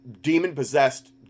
demon-possessed